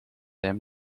hem